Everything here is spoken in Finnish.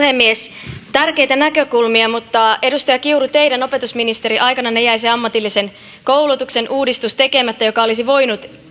puhemies tärkeitä näkökulmia mutta edustaja kiuru teidän opetusministeriaikananne jäi se ammatillisen koulutuksen uudistus tekemättä joka olisi voinut